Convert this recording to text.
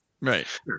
right